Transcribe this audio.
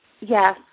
Yes